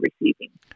receiving